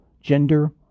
gender